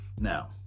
Now